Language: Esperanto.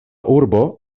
urbo